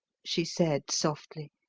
she said softly.